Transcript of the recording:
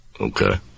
Okay